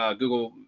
um google,